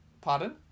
Pardon